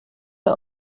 are